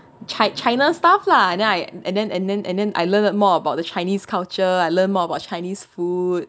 chi~ china staff lah then I and then and then and then I learnt more about the chinese culture I learn more about chinese food